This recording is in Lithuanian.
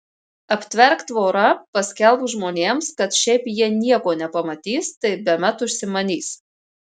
aptverk tvora paskelbk žmonėms kad šiaip jie nieko nepamatys tai bemat užsimanys